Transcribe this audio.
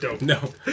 No